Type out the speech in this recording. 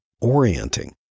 orienting